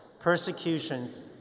persecutions